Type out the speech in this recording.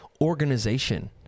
organization